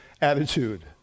attitude